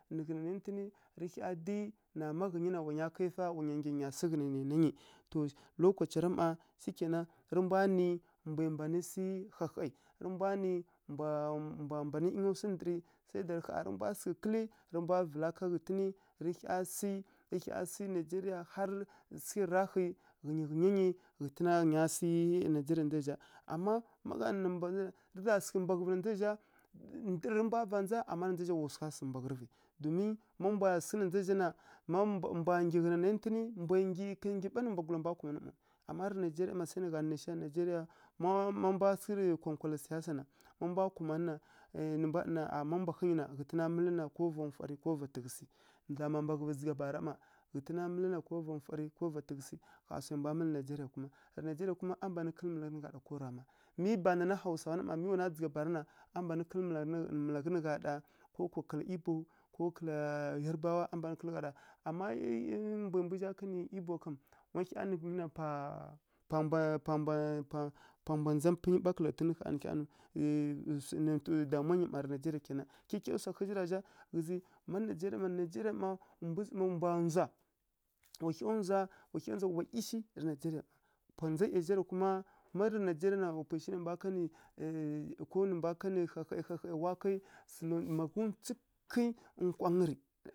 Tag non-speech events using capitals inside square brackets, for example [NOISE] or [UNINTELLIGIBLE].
Nǝ ghǝna nantǝni rǝ hya dyi na, má ghǝnyi na wa nya kai fá wa nya nggyi nǝ nya sǝ ghǝna nai na nyi. To lokocara mma, shikaina rǝ mbwa nǝ mbwai mban sǝ hahai, rǝ mbwa nǝ mbwa mbwa mban ˈyinga swi ndǝrǝ sai da ƙha rǝ mbwa sǝghǝ kǝlǝ rǝ mbwa vǝla ká ghǝtǝnǝ, rǝ hya sǝ, rǝ hya sǝ nigeria har sǝghǝrǝ raghǝ, ghǝnyi ghǝnya nyi ghǝtǝna ghǝnya sǝ nigeria na ndza zǝ zha. Ama ma gha nǝ [UNINTELLIGIBLE] rǝ za sǝghǝ mbaghǝvǝ na ndza zǝ zha, ndǝrǝ rǝ mbwa vaghǝi ndza, ama wa swa sǝghǝ mbaghǝrǝvǝ, domin ma mbwa sǝ na ndza zǝ zha na, mbwa mbwa nggyi, ká nggyi ɓa nǝ mbwagula mbwa kumanǝ maw. Ama rǝ nigeria na sai nǝ gha nǝ naisha rǝ nigeria má mbwa sǝghǝrǝ konkwala siyasa na, má mbwa kumanǝ na, nǝ mbwa ɗana, má mbwa hǝnyi na, ghǝtǝna mǝlǝn ko va nfwaɗǝ ko va tǝghǝsǝ. Nǝ ghǝza mma mbaghǝvǝ dzǝgha bara mma, ghǝtǝna mǝlǝn na ko va nfwaɗǝ ko va tǝghǝsǝ. Ƙha swai mbwa mǝlǝ nigeia kuma. Rǝ nigeria kuma, a mban kǝlǝ malaghǝ nǝ gha ɗa ko rama, mi bana na hausawa mma mi wana dzǝgha bara na, a mban kǝlǝ mala malaghǝ nǝ ɗa ko kwa kǝla ibi, ko kǝla yarubawa a mban kǝlǝ nǝ gha ɗa. Ama ˈyi mbwai mbu zha kanǝ igbo kam, má hya nǝna pa pa mbwa pa mbwa pa m pa mbwa ndza mpǝnyi ɓa kǝla ghǝtǝnǝw ƙha nǝ hya nǝ, [HESITATION] ˈyi su nontǝ damuwa kyikya swa ghǝzǝ ra zha, ma nigeria na nigeria mma, mbwi mbwa ndzwa, wa hya ndzwa, wa hya ndzwa, wa ˈiyi shi rǝ nigeria. Pwa ndza ˈiya zha rǝ kuma, ma rǝ nigeria wa pwai shi nai mbwa kanǝ, [HESITATION] ko mbwa kanǝ hahai, hahai wa kai sǝlo maghǝwtsǝkǝ nkwangǝ rǝ.